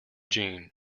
jeanne